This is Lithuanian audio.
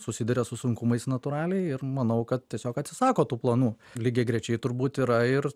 susiduria su sunkumais natūraliai ir manau kad tiesiog atsisako tų planų lygiagrečiai turbūt yra ir